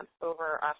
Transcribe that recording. over